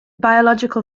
biological